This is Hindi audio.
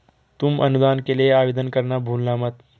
तुम अनुदान के लिए आवेदन करना भूलना मत